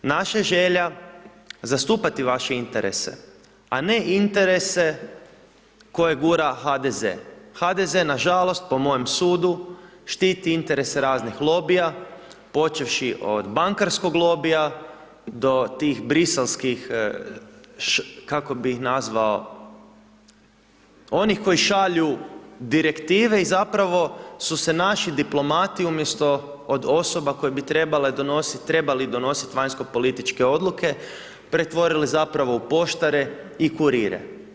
Naša želja zastupati vaše interese, a ne interese koje gura HDZ, HDZ nažalost po mojem sudu štiti interese raznih lobija počevši od bankarskog lobija, do tih briselskih kako bih ih nazvao, onih koji šalju direktive i zapravo su se naši diplomati umjesto od osoba koje bi trebale donosit, trebali donosit vanjskopolitičke odluke pretvorili zapravo u poštare i kurire.